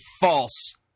false